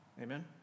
Amen